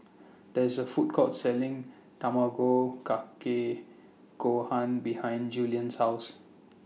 There IS A Food Court Selling Tamago Kake Gohan behind Julian's House